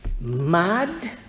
Mad